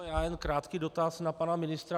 Já jen krátký dotaz na pana ministra.